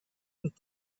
with